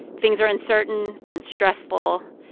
things are uncertain and stressful,